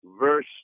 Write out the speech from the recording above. verse